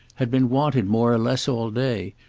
had been wanted more or less all day,